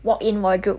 walk in wardrobe